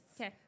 Okay